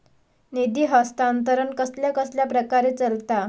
निधी हस्तांतरण कसल्या कसल्या प्रकारे चलता?